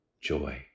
joy